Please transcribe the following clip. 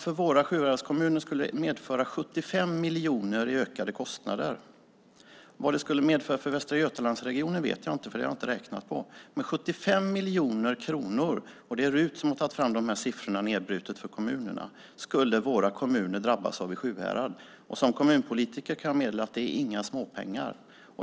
För våra sjuhäradskommuner skulle det medföra 75 miljoner i ökade kostnader. Vad det skulle medföra för Västra Götalandsregionen vet jag inte, för det har jag inte räknat på. Men 75 miljoner kronor - det är RUT som har tagit fram de här siffrorna nedbrutet för kommunerna - skulle våra kommuner i Sjuhärad drabbas av. Som kommunpolitiker kan jag meddela att det inte är några småpengar.